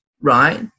right